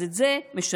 אז את זה משנים.